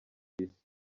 isi